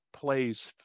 plays